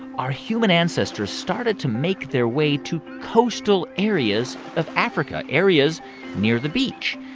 our human ancestors started to make their way to coastal areas of africa, areas near the beach.